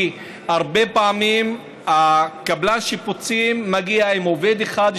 כי הרבה פעמים קבלן השיפוצים מגיע עם עובד אחד,